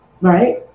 Right